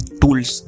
tools